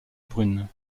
brune